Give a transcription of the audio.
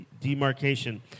demarcation